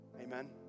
Amen